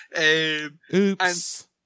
Oops